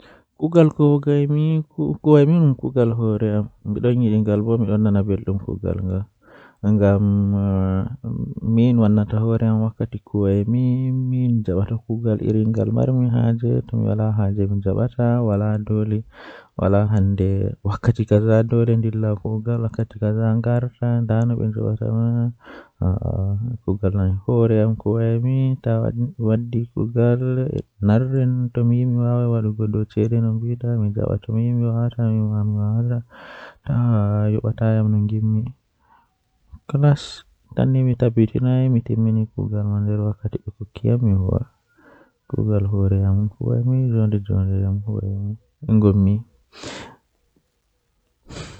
Tomi heɓi kuugal jei mi Wala wakkati miɗon So miɗo heɓi jam, miɗo yiɗi waɗde caɗeele kadi naatude e waɗde goɗɗum. Miɗo yiɗi wiiɗde caɗeele kadi mi yeddi ko waawugol yi'ude leydi maɓɓe.